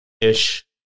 ish